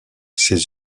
ses